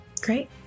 Great